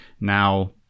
now